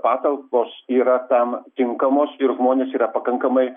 patalpos yra tam tinkamos ir žmonės yra pakankamai